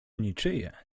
niczyje